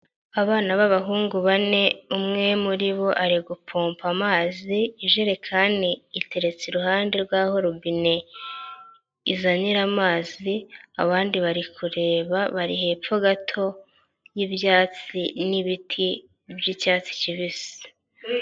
Abana b'abahungu bane, umwe muri bo ari gupompa amazi, ijerekani iteretse iruhande rw'aho robine izanira amazi, abandi bari kureba, bari hepfo gato y'ibyatsi n'ibiti by'icyatsi kibisi.